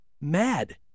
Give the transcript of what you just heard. mad